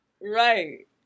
Right